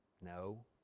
no